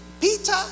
Peter